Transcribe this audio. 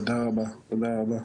אדם: תודה רבה, תודה רבה.